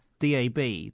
DAB